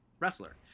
wrestler